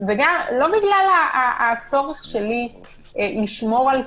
לא בגלל הצורך שלי לשמור על כבודי.